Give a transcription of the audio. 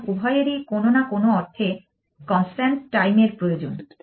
সুতরাং উভয়েরই কোনো না কোনো অর্থে কনস্ট্যান্ট টাইমের প্রয়োজন